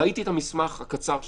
ראיתי את המסמך הקצר שניתן,